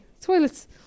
Toilets